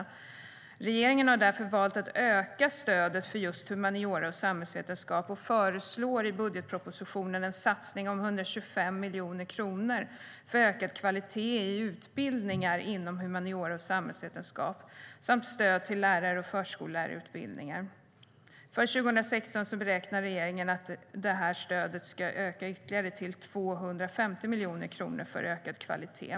Regeringen har därför valt att öka stödet till just humaniora och samhällsvetenskap och föreslår i budgetpropositionen en satsning om 125 miljoner kronor för ökad kvalitet i utbildningar inom humaniora och samhällsvetenskap samt stöd till lärar och förskollärarutbildningar. För 2016 beräknar regeringen att stödet ska öka ytterligare till 250 miljoner kronor för ökad kvalitet.